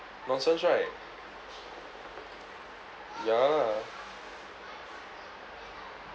nonesense right ya lah